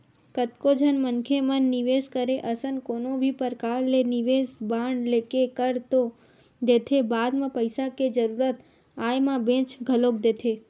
कतको झन मनखे मन निवेस करे असन कोनो भी परकार ले निवेस बांड लेके कर तो देथे बाद म पइसा के जरुरत आय म बेंच घलोक देथे